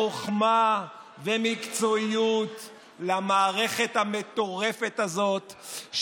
חוכמה ומקצועיות למערכת המטורפת הזאת,